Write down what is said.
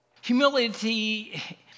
Humility